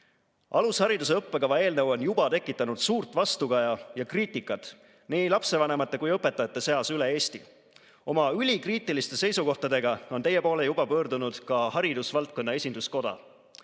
Alushariduse õppekava eelnõu on juba tekitanud suurt vastukaja ja kriitikat nii lapsevanemate kui ka õpetajate seas üle Eesti. Oma ülikriitiliste seisukohtadega on teie poole juba pöördunud ka haridusvaldkonna esinduskoda.